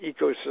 ecosystem